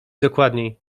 dokładniej